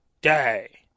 Day